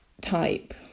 type